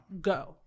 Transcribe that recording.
Go